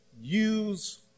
use